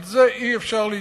על זה אי-אפשר להתלונן.